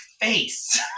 face